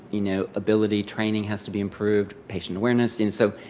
you know, ability. training has to be improved. patient awareness. and so,